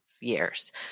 years